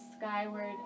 skyward